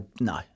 no